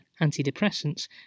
antidepressants